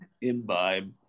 imbibe